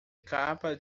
capa